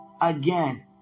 again